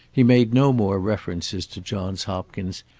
he made no more references to johns hopkins,